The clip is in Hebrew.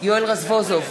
יואל רזבוזוב,